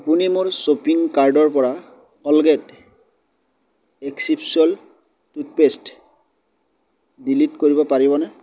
আপুনি মোৰ শ্বপিং কাৰ্ডৰ পৰা Colgate active salt toothpaste delete কৰিব পাৰিবনে